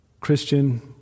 Christian